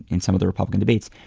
in some of the republican debates,